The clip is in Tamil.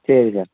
சரி சார்